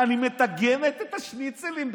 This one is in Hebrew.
אני מטגנת את השניצלים,